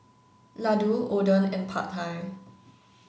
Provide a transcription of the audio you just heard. Ladoo Oden and Pad Thai